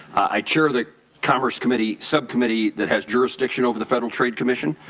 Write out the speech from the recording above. i chair the commerce committee subcommittee that has jurisdiction over the federal trait commission,